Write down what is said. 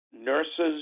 Nurses